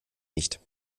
nicht